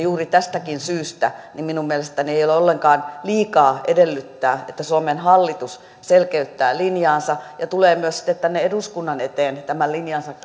juuri tästäkään syystä minun mielestäni ei ole ollenkaan liikaa edellyttää että suomen hallitus selkeyttää linjaansa ja tulee sitten myös eduskunnan eteen tämän linjansa